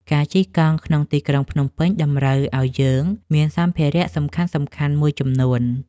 ការជិះកង់ក្នុងទីក្រុងភ្នំពេញ តម្រូវឲ្យយើងមានសម្ភារៈសំខាន់ៗមួយចំនួន។